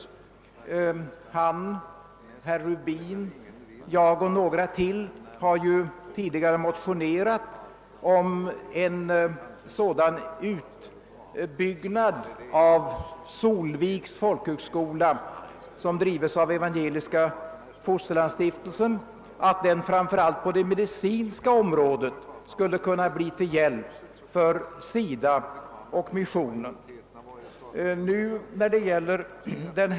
Såväl han som herr Rubin, jag själv och några till har ju tidigare motionerat om en sådan utbyggnad av Solviks folkhögskola, som drives av Evangeliska fosterlandsstiftelsen, att den skulle kunna bli till hjälp, framför allt på det medicinska området, både för SIDA och missionen.